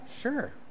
Sure